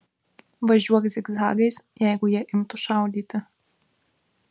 važiuok zigzagais jeigu jie imtų šaudyti